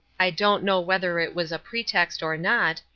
i don't know whether it was a pretext or not,